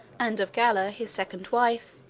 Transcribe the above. and of galla, his second wife,